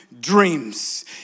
Dreams